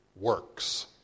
works